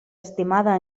estimada